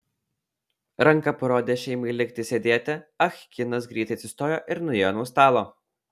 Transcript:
ranka parodęs šeimai likti sėdėti ah kinas greitai atsistojo ir nuėjo nuo stalo